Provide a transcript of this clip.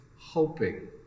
hoping